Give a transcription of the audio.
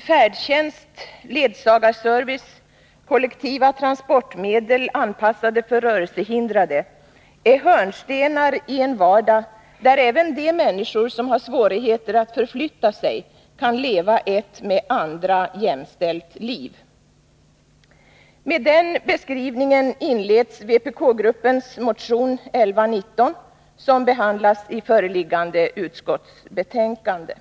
”Färdtjänst, ledsagarservice, kollektiva transportmedel, anpassade för rörelsehindrade — är hörnstenar i en vardag där även de människor som har svårigheter att förflytta sig kan leva ett med andra människor jämställt liv.” Med den beskrivningen inleds vpk-gruppens motion 1119 som behandlas i föreliggande utskottsbetänkande.